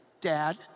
dad